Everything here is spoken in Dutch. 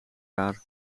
haar